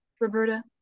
Roberta